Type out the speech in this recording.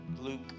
Luke